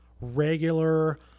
regular